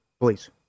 please